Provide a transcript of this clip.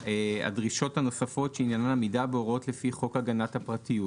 הדרישות הנוספות שעניינן עמידה בהוראות לפי חוק הגנת הפרטיות.